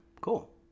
cool